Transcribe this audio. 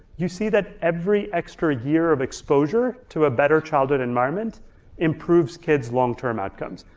you see that every extra year of exposure to a better childhood environment improves kids' long-term outcomes.